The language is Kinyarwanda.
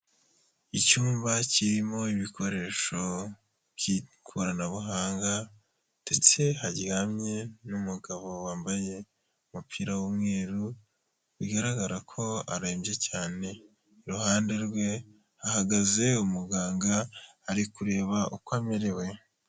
Icyumba kirimo ibikoresho by'ikoranabuhanga ndetse haryamye n'umugabo wambaye umupira w'umweru, bigaragara ko arembye cyane, iruhande rwe hahagaze umuganga, ari kureba uko amerewe.